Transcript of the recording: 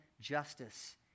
justice